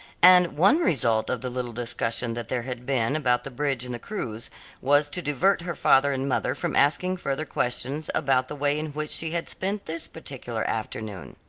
and one result of the little discussion that there had been about the bridge and the crews was to divert her father and mother from asking further questions about the way in which she had spent this particular afternoon.